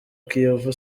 kiyovu